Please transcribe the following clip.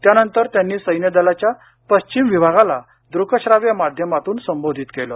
त्यानंतर त्यांनी सैन्यदलाच्या पश्चिम विभागाला दृकश्राव्य माध्यमातून संबोधित केलं